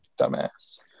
dumbass